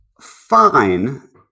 Fine